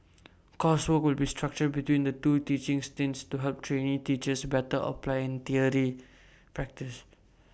coursework will be structured between the two teaching stints to help trainee teachers better apply theory practice